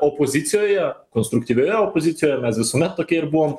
opozicijoje konstruktyvioje opozicijoje mes visuomet tokia ir buvo